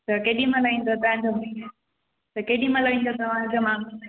त केॾीमहिल ईंदो तव्हांजो त केॾीमहिल ईंदो तव्हांजो माण्हू